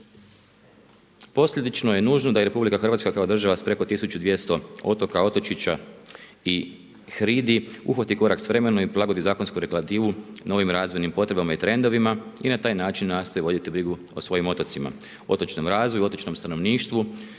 Posljedično je nužno da i RH kao država s preko 1200 otoka, otočića i hridi uhvati korak s vremenom i prilagodi zakonsku regulativu na ovim razvojnim potrebama i trendovima i na taj način nastoji voditi brigu o svojim otocima, otočnom razvoju, otočnom stanovništvu